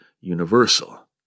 universal